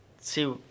see –